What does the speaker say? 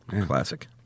Classic